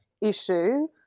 issue